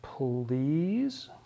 Please